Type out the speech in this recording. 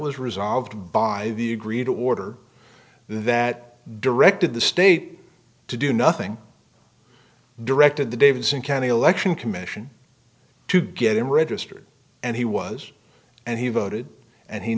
was resolved by the agreed order that directed the state to do nothing directed the davidson county election commission to get him registered and he was and he voted and he